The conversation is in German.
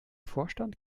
vorstand